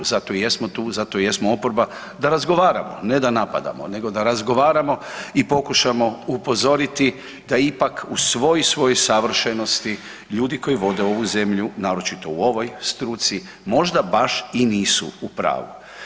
Zato i jesmo tu, zato i jesmo oporba, da razgovaramo, ne da napadamo, nego da razgovaramo i pokušamo upozoriti da ipak u svoj, svoj savršenosti, ljudi koji vode ovu zemlju, naročito u ovoj struci, možda baš i nisu u pravu.